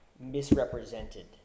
misrepresented